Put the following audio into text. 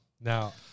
Now